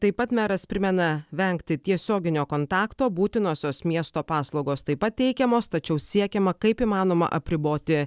taip pat meras primena vengti tiesioginio kontakto būtinosios miesto paslaugos taip pat teikiamos tačiau siekiama kaip įmanoma apriboti